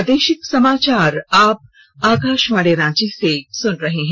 प्रादेशिक समाचार आप आकाशवाणी रांची से सुन रहे हैं